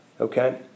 Okay